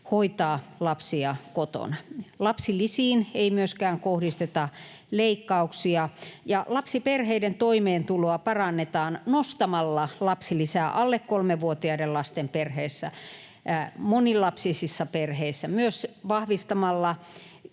hoitaa lapsia kotona. Lapsilisiin ei myöskään kohdisteta leikkauksia, ja lapsiperheiden toimeentuloa parannetaan nostamalla lapsilisää alle kolmevuotiaiden lasten perheissä ja monilapsisissa perheissä ja myös vahvistamalla